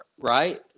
right